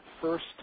first